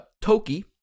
Toki